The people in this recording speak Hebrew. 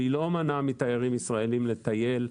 היא לא מנעה מתיירים ישראליים לטייל.